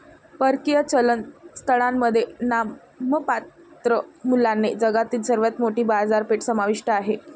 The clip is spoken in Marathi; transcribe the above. परकीय चलन स्थळांमध्ये नाममात्र मूल्याने जगातील सर्वात मोठी बाजारपेठ समाविष्ट आहे